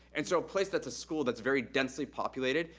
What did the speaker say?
and so place that's a school, that's very densely populated,